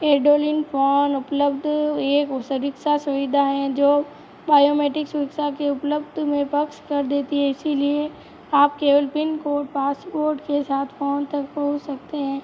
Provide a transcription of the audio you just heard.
उपलब्ध एक सुरक्षा सुविधा है जो बायोमेट्रिक सुरक्षा के उपलब्ध में पक्ष कर देती है इसी लिए आप केवल पिनकोड पासपोर्ट के साथ फोन तक पहुंच सकते हैं